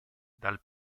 dal